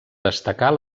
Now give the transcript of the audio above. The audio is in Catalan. destacar